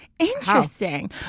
Interesting